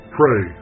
pray